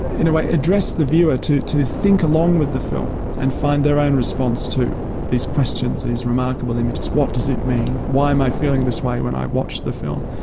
in a way address the viewer to to think along with the film and find their own response to these questions, these remarkable images what does it mean? why am i feeling this way when i watch the film?